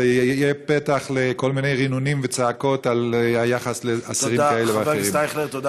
זה יהיה פתח לכל מיני רינונים וצעקות על היחס לאסירים כאלה ואחרים.